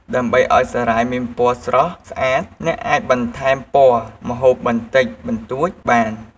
ដើម្បីឱ្យសារាយមានពណ៌ស្រស់ស្អាត អ្នកអាចបន្ថែមពណ៌ម្ហូបបន្តិចបន្តួចបាន។